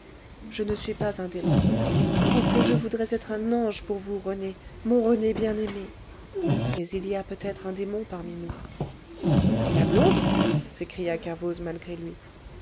je ne suis pas un démon oh que je voudrais être un ange pour vous rené mon rené bien-aimé mais il y a peut-être un démon parmi nous la blonde s'écria kervoz malgré lui